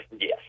Yes